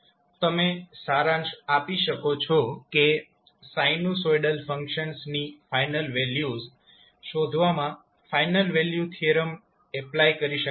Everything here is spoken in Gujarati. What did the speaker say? તમે સારાંશ આપી શકો છો કે સાઇનુંસોઈડલ ફંક્શન્સ ની ફાઇનલ વેલ્યુઝ શોધવામાં ફાઇનલ વેલ્યુ થીયરમ એપ્લાય કરી શકાતું નથી